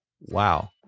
Wow